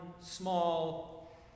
small